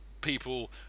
people